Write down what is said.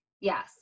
yes